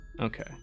Okay